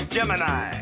Gemini